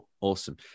Awesome